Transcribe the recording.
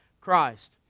Christ